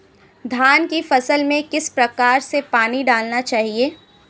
धान की फसल में किस प्रकार से पानी डालना चाहिए?